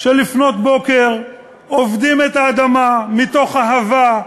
של לפנות בוקר, עובדים את האדמה מתוך אהבה,